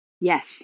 Yes